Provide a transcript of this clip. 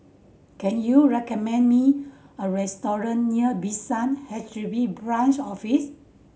can you recommend me a restaurant near Bishan H D B Branch Office